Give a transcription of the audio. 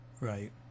Right